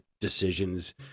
decisions